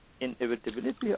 inevitability